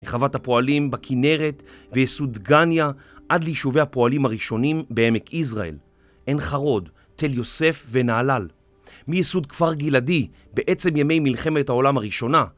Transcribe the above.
חוות הפועלים בכנרת וייסוד גניה עד לישובי הפועלים הראשונים בעמק יזראל עין חרוד, תל יוסף ונהלל מייסוד כפר גלעדי בעצם ימי מלחמת העולם הראשונה